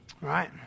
right